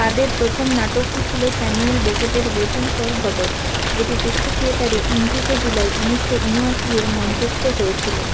তাদের প্রথম নাটকটি ছিল স্যামুয়েল বেকেটের ওয়েটিং ফর গডোড যেটি পৃথ্বী থিয়েটারে উনত্রিশে জুলাই উনিশশো উনআশি এ মঞ্চস্থ হয়েছিলো